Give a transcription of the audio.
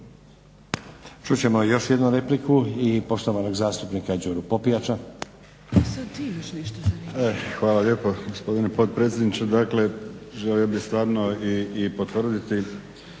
Čut ćemo još jednu repliku i poštovanog zastupnika Đuru Popijača. **Popijač, Đuro (HDZ)** Hvala lijepo gospodine potpredsjedniče. Dakle, želio bih stvarno i potvrditi